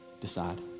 decide